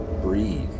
breathe